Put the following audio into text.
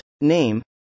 Name